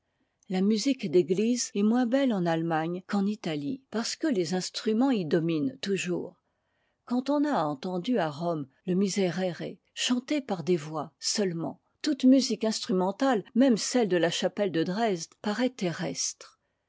la musique d'église est moins belle en allemagne qu'en italie parce que les instruments y dominént toujours quand on a entendu à rome le miserere chanté par des voix seulement toute musique instrumentale même celle de la chapelle de dresde paraît terrestre